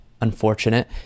unfortunate